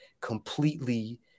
completely